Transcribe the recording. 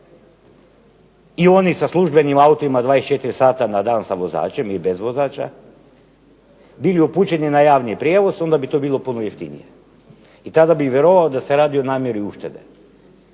i oni sa službenim autima 24 sata na dan sa vozačem ili bez vozača bili upućeni na javni prijevoz onda bi to bilo puno jeftinije. I tada bih vjerovao da se radi o namjeri uštede.